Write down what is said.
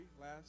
last